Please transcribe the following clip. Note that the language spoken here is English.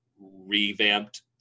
revamped